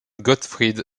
gottfried